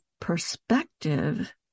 perspective